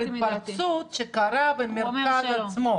חלק ממרכזי היום נמצאים במצב כלכלי מאוד קשה.